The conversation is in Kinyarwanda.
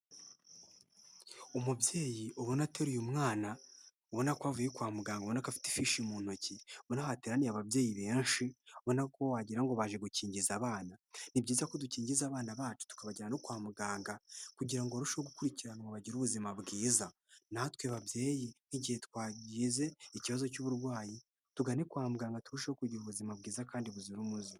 Umubyeyi ubona ateruye umwana ,ubona ko avuye kwa muganga ,ubona ko afite ifishi mu ntoki ,ubona urahateraniye ababyeyi benshi ,ubona ko wagirango ngo baje gukingiza abana ,ni byiza ko dukingiza abana bacu tukabajyana kwa muganga kugira ngo ururusheho gukurikiranwa bagire ubuzima bwiza, Natwe babyeyi nk'igihe twagize ikibazo cy'uburwayi tugane kwa muganga turusheho kugira ubuzima bwiza kandi buzira umuze.